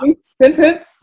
sentence